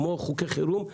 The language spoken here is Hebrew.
כמו חוקי חירום.